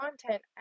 content